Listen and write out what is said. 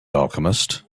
alchemist